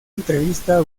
entrevista